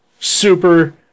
Super